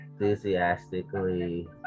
enthusiastically